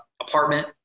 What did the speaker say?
apartment